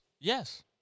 Yes